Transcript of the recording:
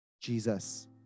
Jesus